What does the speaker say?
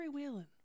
freewheeling